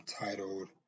titled